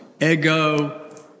ego